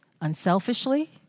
unselfishly